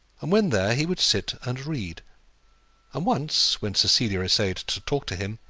and when there he would sit and read and once when cecilia essayed to talk to him,